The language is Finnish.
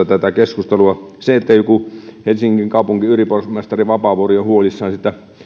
tätä keskustelua käytäisiin tosiseikkapohjalta jos joku helsingin kaupungin pormestari vapaavuori on huolissaan